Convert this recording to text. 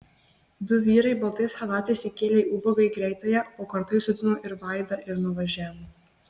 du vyrai baltais chalatais įkėlė ubagą į greitąją o kartu įsodino ir vaidą ir nuvažiavo